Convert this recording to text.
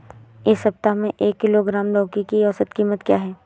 इस सप्ताह में एक किलोग्राम लौकी की औसत कीमत क्या है?